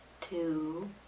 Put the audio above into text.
two